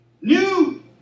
new